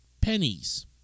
pennies